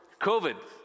COVID